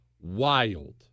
wild